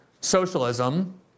socialism